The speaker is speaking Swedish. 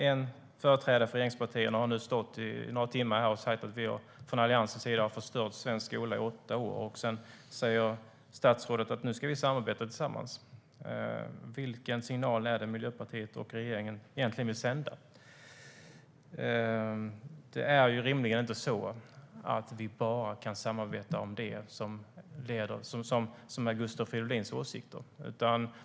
En företrädare för regeringspartierna har i några timmar stått här och sagt att vi från Alliansens sida har förstört den svenska skolan i åtta år. Sedan säger statsrådet att vi ska arbeta tillsammans. Vilken signal är det Miljöpartiet och regeringen egentligen vill sända? Vi kan rimligen inte samarbeta bara om sådant som är Gustav Fridolins åsikter.